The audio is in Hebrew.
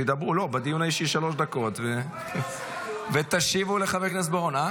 תדברו בדיון האישי שלוש דקות ותשיבו לחבר הכנסת בוארון.